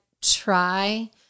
try